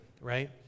right